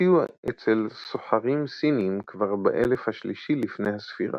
הופיעו אצל סוחרים סינים כבר באלף השלישי לפני הספירה.